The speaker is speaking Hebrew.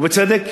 ובצדק,